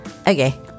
Okay